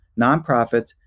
nonprofits